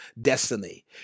destiny